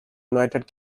united